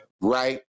right